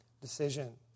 decision